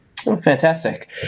fantastic